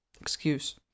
excuse